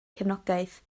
cefnogaeth